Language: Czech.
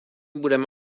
budeme